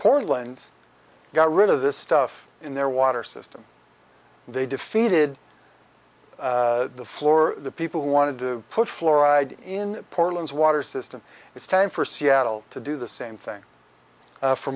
portland's got rid of this stuff in their water system they defeated the floor the people who wanted to put fluoride in portland's water system it's time for seattle to do the same thing